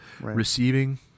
receiving